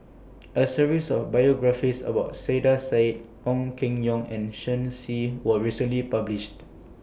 A series of biographies about Saiedah Said Ong Keng Yong and Shen Xi was recently published